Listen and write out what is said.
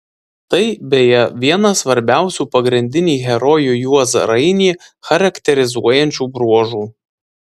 tai beje vienas svarbiausių pagrindinį herojų juozą rainį charakterizuojančių bruožų